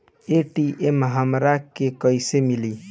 ATM हमरा के कइसे मिली?